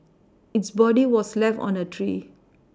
its body was left on a tree